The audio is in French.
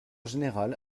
général